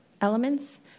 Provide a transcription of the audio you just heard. elements